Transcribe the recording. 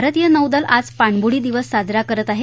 भारतीय नौदल आज पाणबूडी दिवस साजरा करत आहे